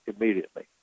immediately